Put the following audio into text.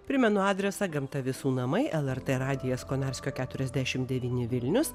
primenu adresą gamta visų namai lrt radijas konarskio keturiasdešim devyni vilnius